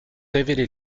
révélé